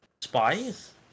spies